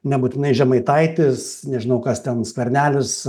nebūtinai žemaitaitis nežinau kas ten skvernelis